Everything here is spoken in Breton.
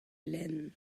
lenn